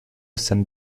san